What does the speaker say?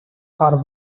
are